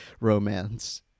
romance